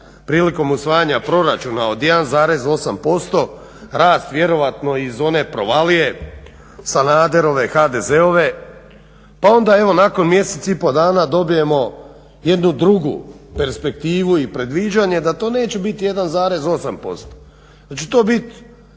prilikom usvajanja proračuna od 1,8%, rast vjerojatno iz one provalije Sanaderove HDZ-ove. Pa evo onda nakon mjesec i pol dana dobijemo jednu drugu perspektivu i predviđanje da to neće biti 1,8%, da će to bit